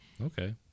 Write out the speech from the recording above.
Okay